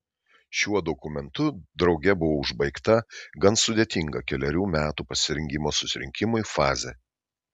šiuo dokumentu drauge buvo užbaigta gan sudėtinga kelerių metų pasirengimo susirinkimui fazė